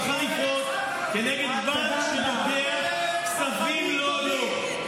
חריפות כנגד בנק שלוקח כספים לא לו.